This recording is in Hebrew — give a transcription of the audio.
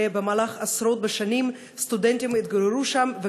במהלך עשרות שנים סטודנטים התגוררו שם.